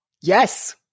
Yes